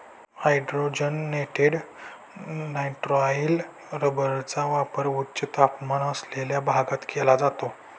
hydrogenated nitrile रबरचा वापर उच्च तापमान असलेल्या भागात केला जातो